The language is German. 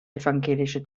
evangelische